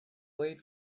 late